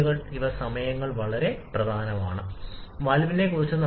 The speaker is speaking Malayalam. നമ്മൾ സാധാരണയായി അധികമായി വിതരണം ചെയ്യുന്നു വായുവിന്റെ അളവ് അല്ലെങ്കിൽ കുറഞ്ഞ വായു